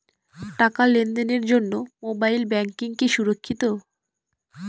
টাকা লেনদেনের জন্য মোবাইল ব্যাঙ্কিং কি সুরক্ষিত?